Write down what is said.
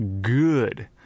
good